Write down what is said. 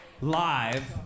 live